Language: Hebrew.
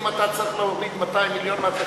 אם אתה צריך לקחת 200 מיליון מהתקציב,